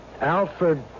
Alfred